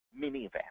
minivan